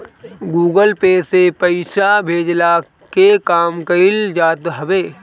Google Pay से पईसा भेजला के काम कईल जात हवे